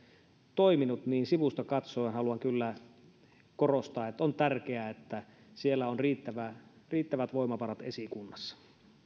toiminut niin sivusta katsoen haluan korostaa että on tärkeää että on riittävät voimavarat esikunnassa